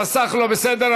המסך לא בסדר.